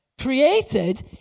created